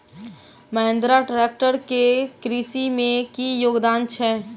Mahindra tractor केँ कृषि मे की योगदान छै?